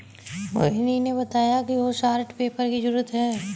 मोहिनी ने बताया कि उसे आर्ट पेपर की जरूरत है